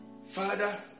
Father